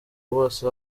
bose